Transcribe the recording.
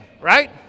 right